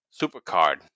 supercard